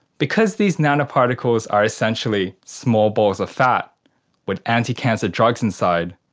because these nanoparticles are essentially small balls of fat with anti-cancer drugs inside,